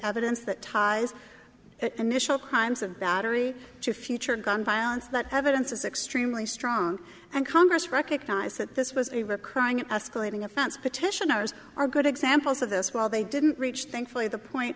evidence that ties initial crimes of battery to future gun violence that evidence is extremely strong and congress recognized that this was a recurring escalating offense petitioner's are good examples of this while they didn't reach thankfully the point